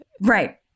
Right